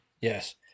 Yes